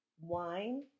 wine